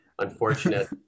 unfortunate